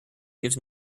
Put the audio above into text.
gives